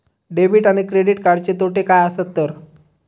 Debit आणि credit कार्डचे तोटे काय आसत तर?